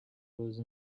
those